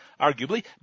arguably